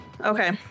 Okay